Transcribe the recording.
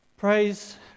Praise